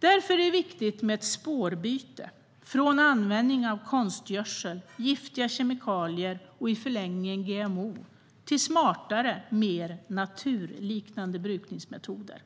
Därför är det viktigt med ett spårbyte från användningen av konstgödsel, giftiga kemikalier och i förlängningen GMO till smartare, mer naturliknande brukningsmetoder